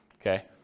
Okay